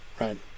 right